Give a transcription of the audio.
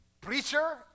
Preacher